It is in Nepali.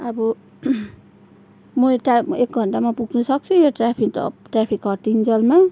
अब म यता एक घन्टामा पुग्नु सक्सु यो ट्राफिक त ट्राफिक हटिन्जेलमा